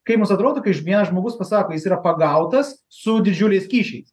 kai mums atrodo kai vienas žmogus pasako jis yra pagautas su didžiuliais kyšiais